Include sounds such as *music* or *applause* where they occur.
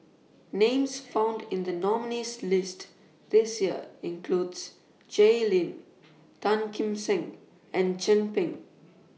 Names found in The nominees' list This Year include *unintelligible* Jay Lim Tan Kim Seng and Chin Peng